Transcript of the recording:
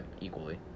equally